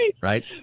Right